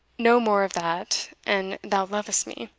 no more of that, an thou lovest me